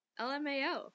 LMAO